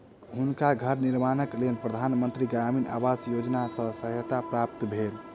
हुनका घर निर्माणक लेल प्रधान मंत्री ग्रामीण आवास योजना सॅ सहायता प्राप्त भेल